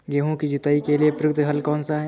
गेहूँ की जुताई के लिए प्रयुक्त हल कौनसा है?